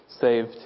saved